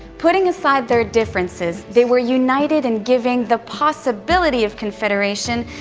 putting aside their differences, they were united in giving the possibility of confederation,